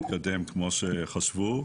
מתקדם כמו שחשבו.